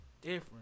different